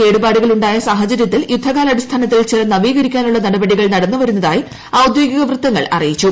കേടുപാടുകൾ ഉണ്ടായ സാഹചര്യത്തിൽ യുദ്ധകാല അടിസ്ഥാനത്തിൽ ചിറ നവീകരിക്കുന്നതിനുള്ള നടപടികൾ നടന്നുവരുന്നതായി ഔദ്യോഗിക വൃത്തങ്ങൾ അറിയിച്ചു